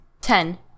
Ten